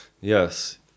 Yes